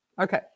okay